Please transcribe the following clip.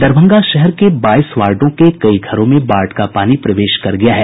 दरभंगा शहर के बाईस वार्डों के कई घरों में बाढ़ का पानी प्रवेश कर गया है